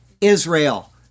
Israel